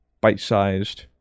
bite-sized